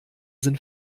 sind